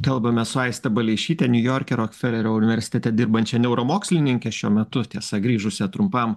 kalbamės su aiste baleišyte niujorke rokfelerio universitete dirbančia neuromokslininke šiuo metu tiesa grįžusia trumpam